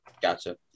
gotcha